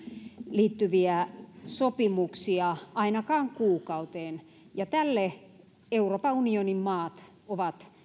liittyviä sopimuksia ainakaan kuukauteen ja tälle europan unionin maat ovat